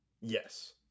Yes